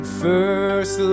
first